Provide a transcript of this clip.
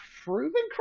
proven